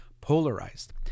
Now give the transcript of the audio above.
polarized